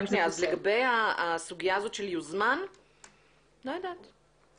לגבי הסוגיה הזאת של יוזמן, לא יודעת.